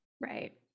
Right